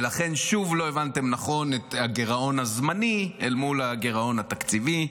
ולכן שוב לא הבנתם נכון את הגירעון הזמני אל מול הגירעון התקציבי.